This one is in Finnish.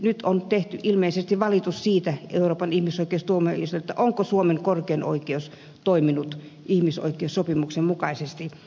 nyt on ilmeisesti tehty valitus euroopan ihmisoikeustuomioistuimelle että suomen korkein oikeus ei olisi toiminut ihmisoikeussopimuksen mukaisesti